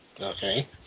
Okay